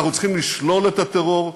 אנחנו צריכים לשלול את הטרור,